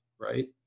right